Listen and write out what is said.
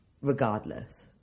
regardless